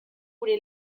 gure